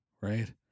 right